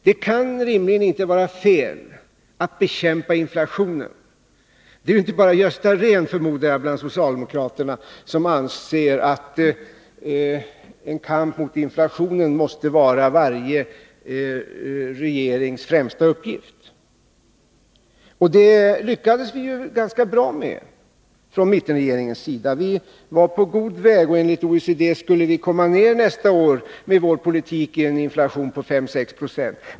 Det kan inte rimligen vara fel att bekämpa inflationen. Det är inte bara Gösta Rehn, förmodar jag, bland socialdemokraterna som anser att en kamp mot inflationen måste vara varje regerings främsta uppgift. Detta lyckades vi ju ganska bra med från mittenregeringens sida. Vi var på god väg. Enligt OECD skulle vi nästa år med vår politik komma ner till en inflation på 5-6 70.